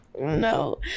No